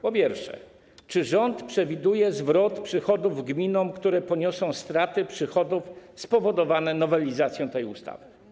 Po pierwsze: Czy rząd przewiduje zwrot przychodów gminom, które poniosą straty w przychodach spowodowane nowelizacją tej ustawy?